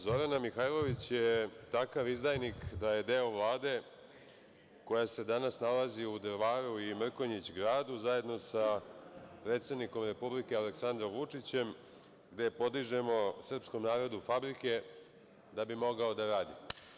Zorana Mihajlović je takav izdajnik da je deo Vlade koja se danas nalazi u Drvaru i Mrkonjić Gradu zajedno sa predsednikom Republike Aleksandrom Vučićem, gde podižemo srpskom narodu fabrike da bi mogao da radi.